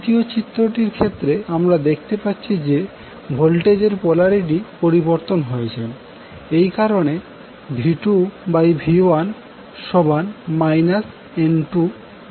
তৃতীয় চিত্রটির ক্ষেত্রে আমরা দেখতে পাচ্ছি যে ভোল্টেজ এর পোলারিটি পরিবর্তন হয়েছে এই কারনে V2V1 N2N1